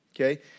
okay